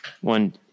One